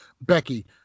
becky